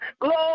Glory